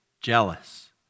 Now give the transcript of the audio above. jealous